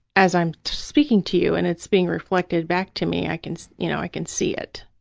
as i'm speaking to you and it's being reflected back to me, i can, you know, i can see it.